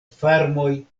farmoj